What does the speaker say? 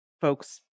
folks